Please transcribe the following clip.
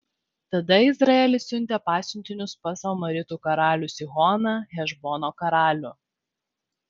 tada izraelis siuntė pasiuntinius pas amoritų karalių sihoną hešbono karalių